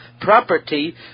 property